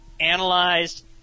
analyzed